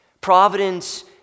providence